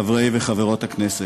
חברות וחברי הכנסת,